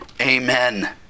Amen